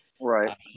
Right